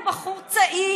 הוא בחור צעיר,